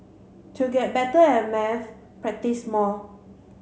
to get better at maths practise more